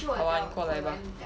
好啊你过来吧